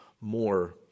more